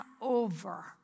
over